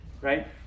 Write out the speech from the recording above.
right